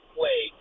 play